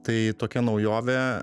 tai tokia naujovė